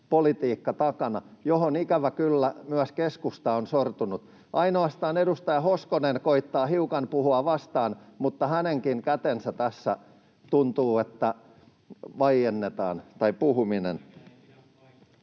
ilmastopolitiikka takana, johon ikävä kyllä myös keskusta on sortunut. Ainoastaan edustaja Hoskonen koettaa hiukan puhua vastaan, mutta tuntuu, että hänenkin puhumisensa